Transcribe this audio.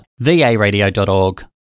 Varadio.org